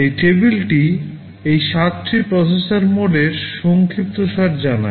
এই টেবিলটি এই 7 টি প্রসেসরের মোডের সংক্ষিপ্তসার জানায়